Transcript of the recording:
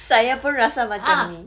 saya pun rasa macam ni